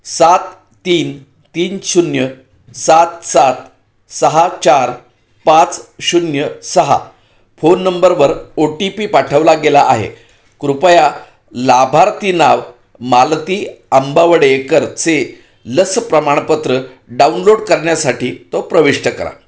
सात तीन तीन शून्य सात सात सहा चार पाच शून्य सहा फोन नंबरवर ओ टी पी पाठवला गेला आहे कृपया लाभार्थी नाव मालती आंबावडेकरचे लस प्रमाणपत्र डाउनलोड करण्यासाठी तो प्रविष्ट करा